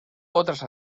otras